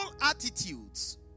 attitudes